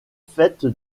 fête